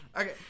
okay